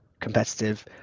competitive